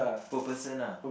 per person ah